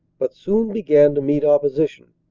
but soon began to meet opposition.